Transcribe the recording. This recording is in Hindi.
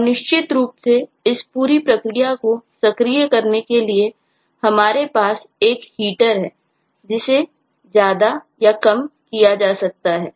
और निश्चित रूप से इस पूरी प्रक्रिया को सक्रिय करने के लिए हमारे पास एक Heater है जिसे ज्यादा या कम किया जा सकता है